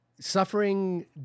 suffering